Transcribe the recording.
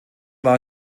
war